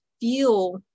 feel